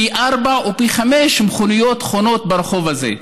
פי ארבעה או פי חמישה מכוניות חונות ברחוב הזה,